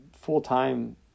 full-time